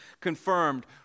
confirmed